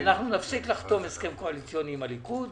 - נפסיק לחתום הסכם קואליציוני עם הליכוד